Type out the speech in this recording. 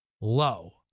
Low